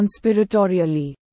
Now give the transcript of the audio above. conspiratorially